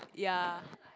ya